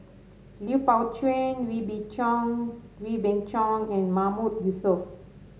Lui Pao Chuen Wee B Chong Wee Beng Chong and Mahmood Yusof